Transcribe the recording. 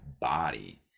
body